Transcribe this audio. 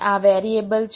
આ વેરિએબલ છે